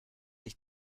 ich